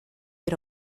era